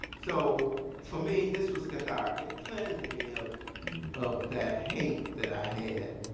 so for me, this was cathartic. it cleansed me of of that hate that i had.